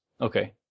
Okay